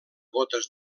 gotes